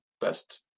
best